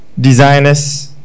designers